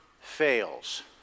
fails